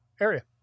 area